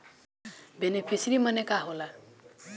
Beneficiary मने का होला?